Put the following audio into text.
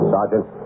Sergeant